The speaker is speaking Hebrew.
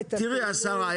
את --- תראי השרה,